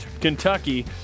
Kentucky